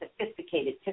sophisticated